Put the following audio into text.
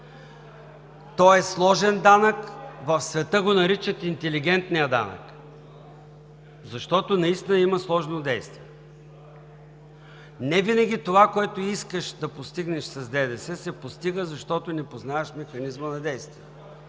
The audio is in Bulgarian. Той е сложен данък, в света го наричат интелигентния данък, защото наистина има сложно действие. Невинаги това, което искаш да постигнеш с ДДС, се постига, защото не познаваш механизма на действие.